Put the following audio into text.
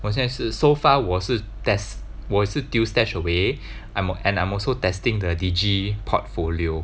我现在是 so far 我是 test 我是丢 stash away I'm and I'm also testing the digi portfolio